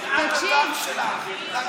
לשנאת האדם שלך, לרשעות שלך.